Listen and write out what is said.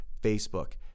Facebook